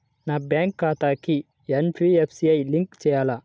నా బ్యాంక్ ఖాతాకి NPCI link చేయాలా?